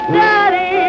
daddy